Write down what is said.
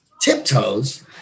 Tiptoes